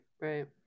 right